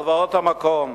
הלוואות המקום,